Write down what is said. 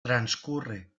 transcurre